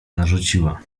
narzuciła